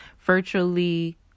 virtually